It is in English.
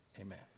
Amen